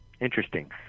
Interesting